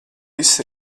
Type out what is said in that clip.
viss